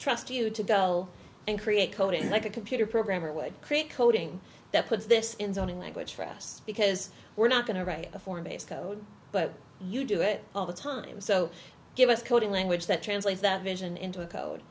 trust you to go and create coding like a computer programmer would create coding that puts this insulting language for us because we're not going to write a form based code but you do it all the time so give us coding language that translates that vision into a code